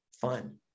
fun